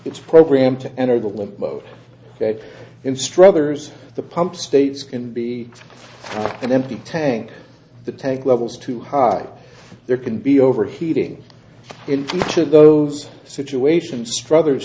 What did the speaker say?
its program to enter the limp mode that in struthers the pump states can be an empty tank the tank levels too high there can be overheating in each of those situations struthers